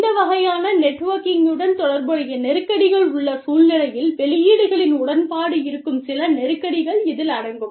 இந்த வகையான நெட்வொர்கிங்குடன் தொடர்புடைய நெருக்கடிகள் உள்ள சூழ்நிலையில் வெளியீடுகளின் உடன்பாடு இருக்கும் சில நெருக்கடிகள் இதில் அடங்கும்